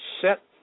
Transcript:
set